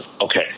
okay